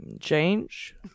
change